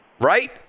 Right